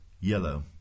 Yellow